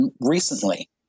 recently